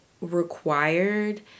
required